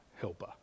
helper